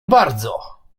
bardzo